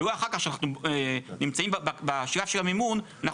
ולא אחר כך כשאנחנו נמצאים בשלב של המימון אנחנו